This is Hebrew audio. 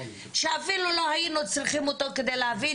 שאפילו לא היינו צריכים אותו כדי להבין